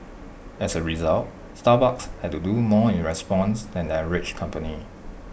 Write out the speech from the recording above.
as A result Starbucks had to do more in response than the average company